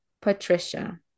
Patricia